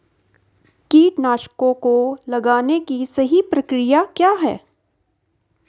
कीटनाशकों को लगाने की सही प्रक्रिया क्या है?